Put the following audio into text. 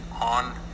on